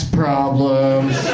problems